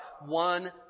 one